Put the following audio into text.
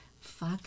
fuck